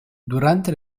durante